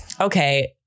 Okay